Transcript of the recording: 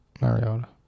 Mariota